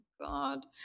God